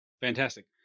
Fantastic